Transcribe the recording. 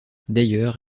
d’ailleurs